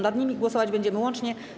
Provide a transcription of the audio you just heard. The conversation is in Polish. Nad nimi głosować będziemy łącznie.